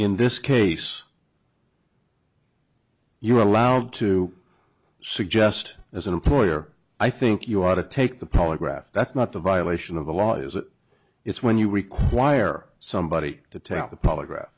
in this case you are allowed to suggest as an employer i think you ought to take the polygraph that's not a violation of the law is that it's when you require somebody to tell the polygraph